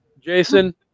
Jason